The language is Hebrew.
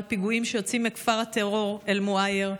פיגועים שיוצאים מכפר הטרור אל-מוע'ייר,